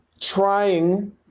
trying